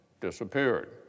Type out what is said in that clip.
disappeared